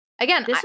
Again